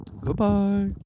Goodbye